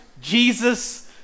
Jesus